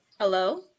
Hello